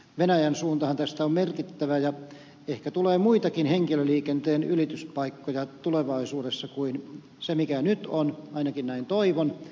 venäjän suuntahan tässä on merkittävä ja ehkä tulee muitakin henkilöliikenteen ylityspaikkoja tulevaisuudessa kuin se mikä nyt on ainakin näin toivon